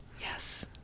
Yes